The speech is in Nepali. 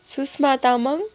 सुष्मा तामाङ